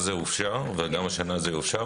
הקריטריון הוא מאוד פשוט: צריך לקבל היתר לאירוע נוסף,